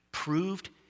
Proved